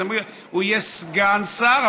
אז הוא יהיה סגן שר,